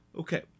Okay